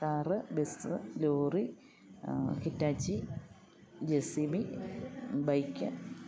car bus lorry Hitachi J C B bike